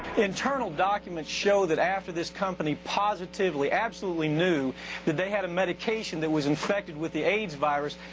internal documents show that after this company positively absolutely knew that they had a medication that was infected with the aids virus,